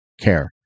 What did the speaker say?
care